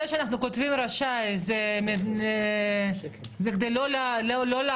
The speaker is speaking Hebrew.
זה שאנחנו כותבים רשאי זה כדי לא להקשות.